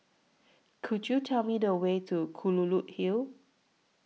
Could YOU Tell Me The Way to Kelulut Hill